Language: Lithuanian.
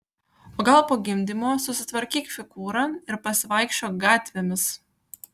o gal po gimdymo susitvarkyk figūrą ir pasivaikščiok gatvėmis